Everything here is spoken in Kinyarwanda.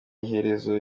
iherezo